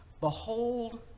Behold